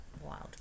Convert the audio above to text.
wild